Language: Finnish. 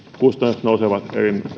kustannukset nousevat